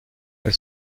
elle